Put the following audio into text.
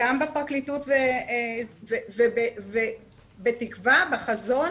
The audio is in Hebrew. גם בפרקליטות, בתקווה, בחזון